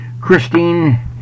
christine